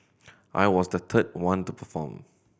I was the third one to perform